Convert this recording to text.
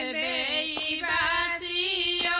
and a a